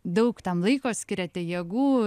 daug tam laiko skiriate jėgų